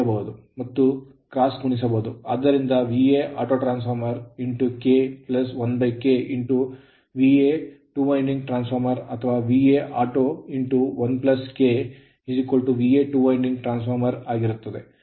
ಆದ್ದರಿಂದ auto K 1K two winding transformer ಅಥವಾ auto 1 K two winding transformer ಆಗಿರುತ್ತದೆ